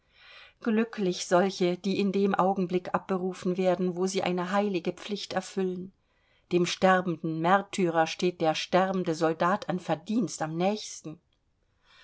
glücklich solche die in dem augenblicke abberufen werden wo sie eine heilige pflicht erfüllen dem sterbenden märtyrer steht der sterbende soldat an verdienst am nächsten